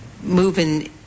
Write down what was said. moving